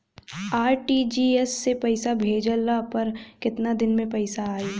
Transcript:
RTGS से पईसा भेजला पर केतना दिन मे पईसा जाई?